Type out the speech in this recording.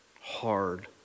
hard